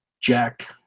Jack